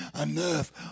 enough